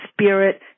spirit